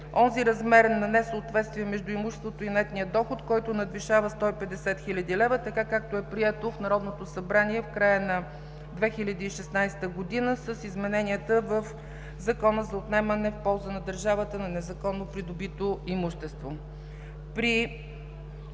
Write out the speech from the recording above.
онзи размер на несъответствие между имуществото и нетния доход, който надвишава 150 хил. лв., както е прието в Народното събрание в края на 2016 г. с измененията на Закона за отнемане в полза на държавата на незаконно придобито имущество.